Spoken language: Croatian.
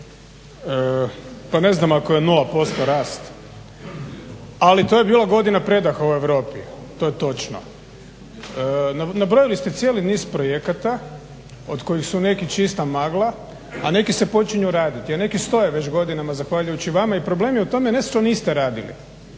Pa ne znam ako je 0% rast, ali to je bila godina predaha u Europi, to je točno. Nabrojili ste cijeli niz projekata od kojih su neki čista magla, a neki se počinju raditi, a neki stoje već godinama zahvaljujući vama i problem je u tome ne što niste radili,